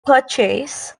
purchase